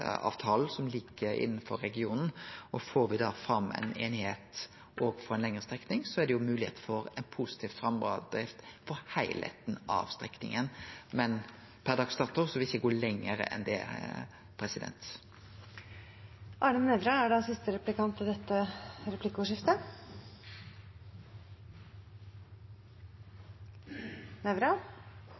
regionen, og får vi ei einigheit òg for ei lengre strekning, er det moglegheit for positiv framdrift for heile strekninga. Men per dags dato vil eg ikkje gå lenger enn det.